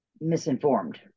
misinformed